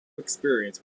experience